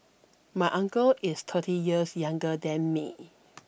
my uncle is thirty years younger than me